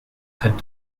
had